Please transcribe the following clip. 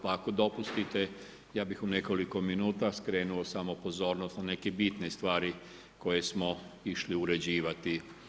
Pa ako dopustite ja bih u nekoliko minuta skrenuo samo pozornost na neke bitne stvari koje smo išli uređivati.